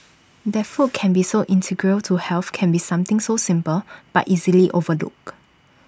that food can be so integral to health can be something so simple but easily overlooked